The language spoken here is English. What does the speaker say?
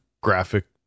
graphic